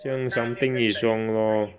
这样 something is wrong lor